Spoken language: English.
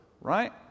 right